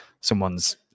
someone's